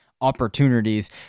opportunities